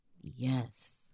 yes